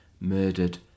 murdered